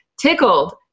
tickled